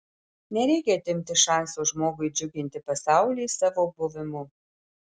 nereikia atimti šanso žmogui džiuginti pasaulį savo buvimu